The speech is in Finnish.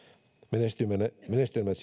menestyneimmät menestyneimmät